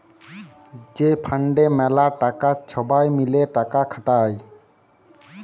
যে ফাল্ডে ম্যালা টাকা ছবাই মিলে টাকা খাটায়